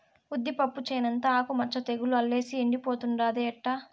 ఉద్దిపప్పు చేనంతా ఆకు మచ్చ తెగులు అల్లేసి ఎండిపోతుండాదే ఎట్టా